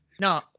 No